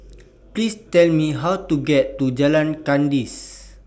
Please Tell Me How to get to Jalan Kandis